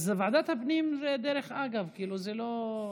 אז ועדת הפנים, דרך אגב, זה לא,